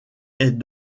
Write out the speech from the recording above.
est